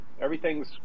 Everything's